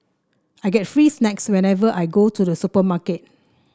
I get free snacks whenever I go to the supermarket